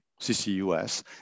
CCUS